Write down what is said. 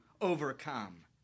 overcome